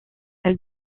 elle